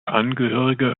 angehörige